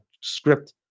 script